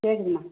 சரிம்மா